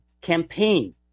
campaign